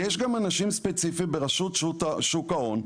יש גם אנשים ספציפיים ברשות שוק ההון,